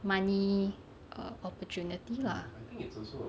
money err opportunity lah